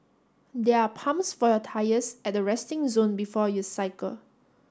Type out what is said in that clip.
there are pumps for your tyres at the resting zone before you cycle